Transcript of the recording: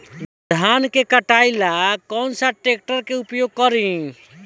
धान के कटाई ला कौन सा ट्रैक्टर के उपयोग करी?